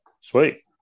Sweet